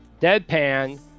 Deadpan